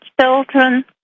children